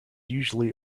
usually